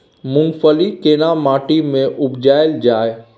मूंगफली केना माटी में उपजायल जाय?